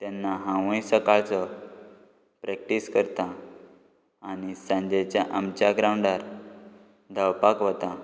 तेन्ना हांवय सकाळचो प्रॅक्टीस करता आनी सांजेच्या आमच्या ग्रावंडार धावपाक वता